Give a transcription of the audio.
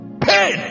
pain